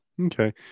Okay